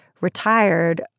retired